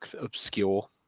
obscure